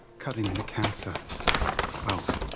cutting the cancer out,